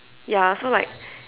ya so like